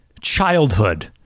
childhood